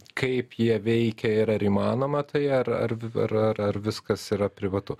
kaip jie veikia ir ar įmanoma tai ar ar ar ar viskas yra privatu